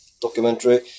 documentary